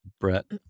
Brett